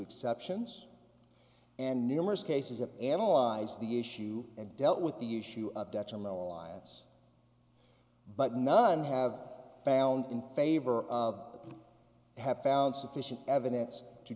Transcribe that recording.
exceptions and numerous cases that analyze the issue and dealt with the issue of death and no alliance but none have found in favor of have found sufficient evidence to